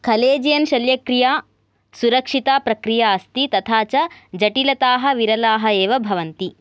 खलेजियन् शल्यक्रिया सुरक्षिता प्रक्रिया अस्ति तथा च जटिलताः विरलाः एव भवन्ति